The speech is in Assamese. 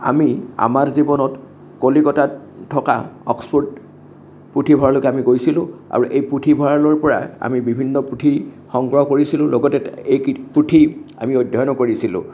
আমি আমাৰ জীৱনত কলিকতাত থকা অক্সফৰ্ড পুথিভঁৰাললৈকে গৈছিলো আৰু এই পুথিভঁৰালৰ পৰা আমি বিভিন্ন পুথি সংগ্ৰহ কৰিছিলো লগতে এই পুথি আমি অধ্যয়নো কৰিছিলোঁ